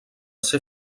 ser